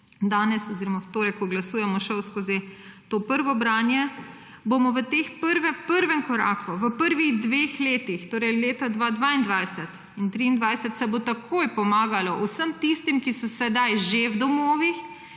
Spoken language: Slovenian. danes oziroma v torek, ko glasujemo, šel skozi to prvo branje –, bo v tem prvem koraku, v prvih dveh letih … Torej leta 2022 in 2023 se bo takoj pomagalo vsem tistim, ki so sedaj že v domovih,